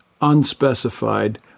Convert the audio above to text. unspecified